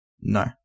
No